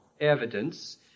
evidence